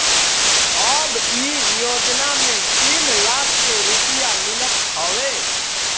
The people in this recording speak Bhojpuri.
अब इ योजना में तीन लाख के रुपिया मिलत हवे